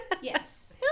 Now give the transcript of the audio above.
Yes